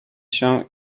się